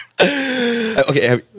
okay